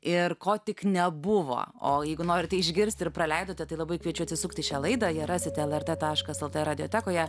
ir ko tik nebuvo o jeigu norite išgirsti ir praleidote tai labai kviečiu atsisukti į šią laidą ją rasite lrt taškas lt mediatekoje